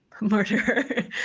murder